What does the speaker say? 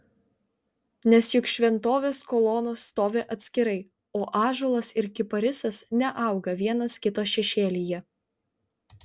nes juk šventovės kolonos stovi atskirai o ąžuolas ir kiparisas neauga vienas kito šešėlyje